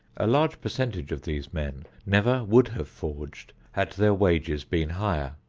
a large percentage of these men never would have forged, had their wages been higher.